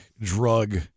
drug